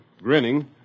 grinning